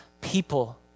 people